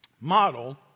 model